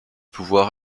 pouvoir